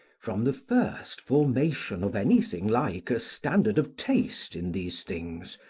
from the first formation of anything like a standard of taste in these things,